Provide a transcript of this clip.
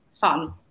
fun